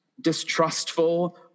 distrustful